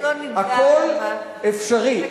הכול אפשרי,